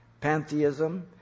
pantheism